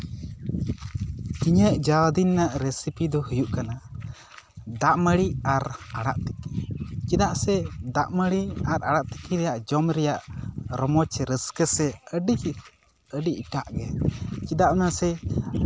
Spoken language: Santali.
ᱤᱧᱟᱹᱜ ᱡᱟᱣ ᱫᱤᱱ ᱨᱮᱱᱟᱜ ᱨᱮᱥᱤᱯᱤ ᱫᱚ ᱦᱩᱭᱩᱜ ᱠᱟᱱᱟ ᱫᱟᱜᱢᱟᱹᱲᱤ ᱟᱨ ᱟᱲᱟᱜ ᱛᱤᱠᱤ ᱪᱮᱫᱟᱜ ᱥᱮ ᱫᱟᱜᱢᱟᱹᱲᱤ ᱟᱨ ᱟᱲᱟᱜ ᱛᱤᱠᱤ ᱨᱮᱭᱟᱜ ᱡᱚᱢ ᱨᱮᱭᱟᱜ ᱨᱚᱢᱚᱡᱽ ᱨᱟᱹᱥᱠᱟᱹ ᱥᱮ ᱟᱹᱰᱤ ᱟᱹᱰᱤ ᱮᱴᱟᱜ ᱜᱮ ᱪᱮᱫᱟᱜ ᱚᱱᱟᱥᱮ